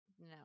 No